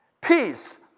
Peace